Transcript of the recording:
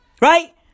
Right